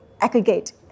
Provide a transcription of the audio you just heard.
aggregate